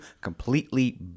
completely